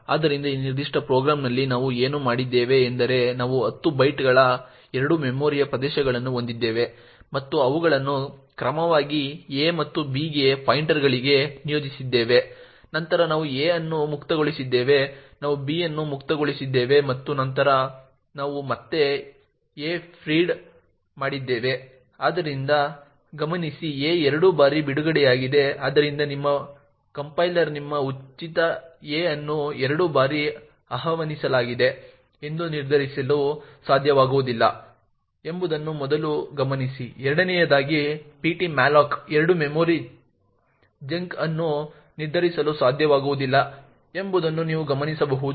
ಆದ್ದರಿಂದ ಈ ನಿರ್ದಿಷ್ಟ ಪ್ರೋಗ್ರಾಂನಲ್ಲಿ ನಾವು ಏನು ಮಾಡಿದ್ದೇವೆ ಎಂದರೆ ನಾವು 10 ಬೈಟ್ಗಳ ಎರಡು ಮೆಮೊರಿ ಪ್ರದೇಶಗಳನ್ನು ಹೊಂದಿದ್ದೇವೆ ಮತ್ತು ಅವುಗಳನ್ನು ಕ್ರಮವಾಗಿ a ಮತ್ತು b ಗೆ ಪಾಯಿಂಟರ್ಗಳಿಗೆ ನಿಯೋಜಿಸಿದ್ದೇವೆ ನಂತರ ನಾವು a ಅನ್ನು ಮುಕ್ತಗೊಳಿಸಿದ್ದೇವೆ ನಾವು b ಅನ್ನು ಮುಕ್ತಗೊಳಿಸಿದ್ದೇವೆ ಮತ್ತು ನಂತರ ನಾವು ಮತ್ತೆ a ಫೀಡ್ ಮಾಡಿದ್ದೇವೆ ಆದ್ದರಿಂದ ಗಮನಿಸಿ a ಎರಡು ಬಾರಿ ಬಿಡುಗಡೆಯಾಗಿದೆ ಆದ್ದರಿಂದ ನಿಮ್ಮ ಕಂಪೈಲರ್ಗೆ ನಿಮ್ಮ ಉಚಿತ a ಅನ್ನು ಎರಡು ಬಾರಿ ಆಹ್ವಾನಿಸಲಾಗಿದೆ ಎಂದು ನಿರ್ಧರಿಸಲು ಸಾಧ್ಯವಾಗುವುದಿಲ್ಲ ಎಂಬುದನ್ನು ಮೊದಲು ಗಮನಿಸಿ ಎರಡನೆಯದಾಗಿ ptmalloc ಎರಡು ಮೆಮೊರಿ ಚಂಕ್ ಅನ್ನು ನಿರ್ಧರಿಸಲು ಸಾಧ್ಯವಾಗುವುದಿಲ್ಲ ಎಂಬುದನ್ನು ನೀವು ಗಮನಿಸಬಹುದು